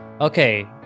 Okay